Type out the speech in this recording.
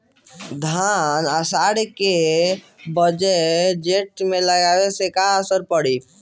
धान आषाढ़ के बजाय जेठ में लगावले से उपज में का अन्तर पड़ी?